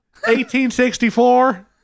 1864